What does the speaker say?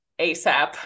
ASAP